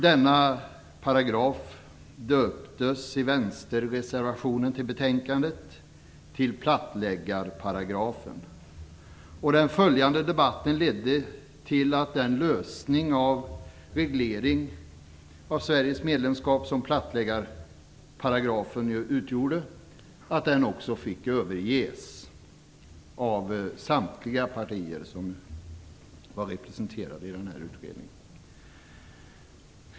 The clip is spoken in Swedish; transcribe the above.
Denna paragraf döptes i vänsterreservationen till betänkandet till plattläggarparagrafen. Den följande debatten ledde till att den lösning till reglering av Sveriges medlemskap som plattläggarparagrafen ju utgjorde fick överges av samtliga partier som var representerade i utredningen.